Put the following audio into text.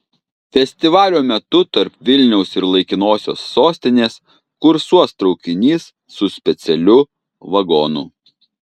festivalio metu tarp vilniaus ir laikinosios sostinės kursuos traukinys su specialiu vagonu